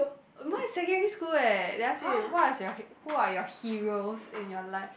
more like secondary school eh they ask you what is your who are your heroes in your life